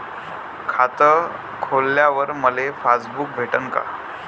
खातं खोलल्यावर मले पासबुक भेटन का?